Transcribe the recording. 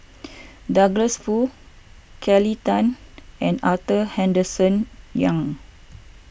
Douglas Foo Kelly Tang and Arthur Henderson Young